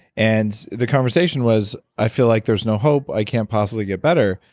and the conversation was, i feel like there's no hope. i can't possibly get better.